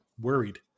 worried